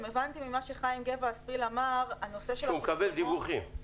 אם הבנתי ממה שאמר חיים גבע הספיל --- שהוא מקבל דיווחים.